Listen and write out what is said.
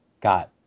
got